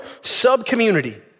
sub-community